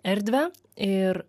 erdvę ir